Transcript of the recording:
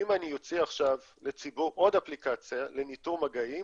אם אני אוציא לציבור עוד אפליקציה לניטור מגעים,